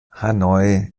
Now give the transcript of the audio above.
hanoi